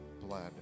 blood